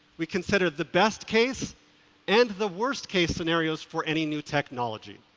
we consider the best case and the worst case scenarios for any new technology.